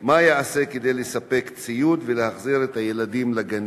3. מה ייעשה כדי לספק ציוד ולהחזיר את הילדים לגנים?